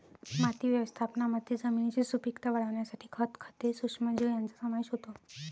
माती व्यवस्थापनामध्ये जमिनीची सुपीकता वाढवण्यासाठी खत, खते, सूक्ष्मजीव यांचा समावेश होतो